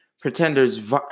pretenders